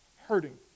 hurting